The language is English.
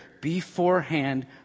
beforehand